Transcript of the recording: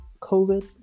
COVID